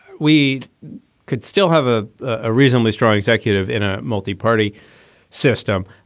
we could still have ah a reasonably strong executive in a multi-party system,